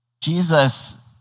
Jesus